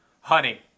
Honey